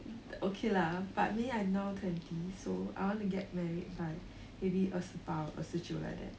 okay lah but I mean I'm now twenty so I want to get married by maybe 二十八 or 二十九 like that